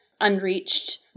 unreached